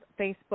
Facebook